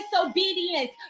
disobedience